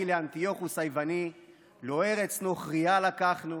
לאנטיוכוס היווני: "לא ארץ נוכרייה לקחנו,